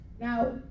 Now